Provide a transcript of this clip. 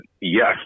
yes